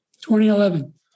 2011